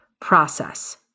process